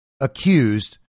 accused